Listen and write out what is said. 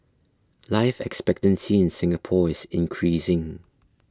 life expectancy in Singapore is increasing